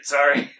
Sorry